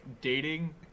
dating